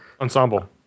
ensemble